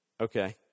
Okay